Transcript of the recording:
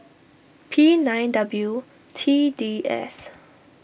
P nine W T D S